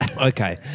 Okay